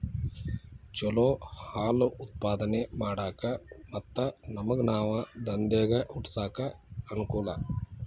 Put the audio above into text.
ಚಲೋ ಹಾಲ್ ಉತ್ಪಾದನೆ ಮಾಡಾಕ ಮತ್ತ ನಮ್ಗನಾವ ದಂದೇಗ ಹುಟ್ಸಾಕ ಅನಕೂಲ